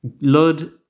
Lud